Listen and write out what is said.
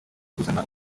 kuzana